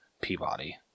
Peabody